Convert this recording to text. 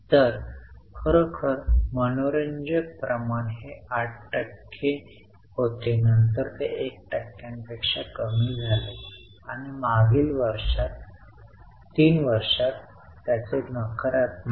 तर खरोखर मनोरंजक प्रमाण हे 8 टक्के होते नंतर 1 टक्क्यांपेक्षा कमी झाले आणि मागील 3 वर्षात त्याचे नकारात्मक